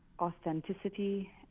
authenticity